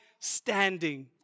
standing